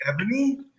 Ebony